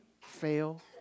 fail